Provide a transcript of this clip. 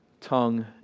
tongue